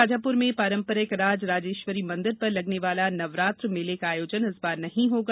शाजापुर में पारंपरिक राज राजेश्वरी मंदिर पर लगने वाला नवरात्र मेले का आयोजन इस बार नहीं होगा